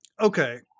okay